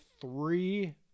Three